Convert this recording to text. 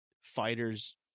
fighters